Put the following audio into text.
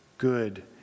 good